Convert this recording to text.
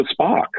Spock